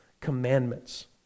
commandments